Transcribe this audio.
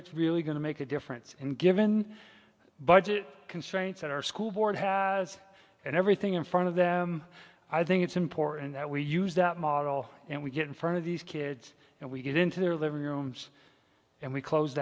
it's really going to make a difference in given budget constraints that our school board has and everything in front of them i think it's important that we use that model and we get in front of these kids and we get into their living rooms and we close